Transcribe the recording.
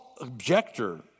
objector